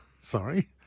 Sorry